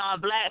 black